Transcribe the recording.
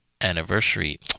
anniversary